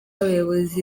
abayobozi